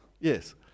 yes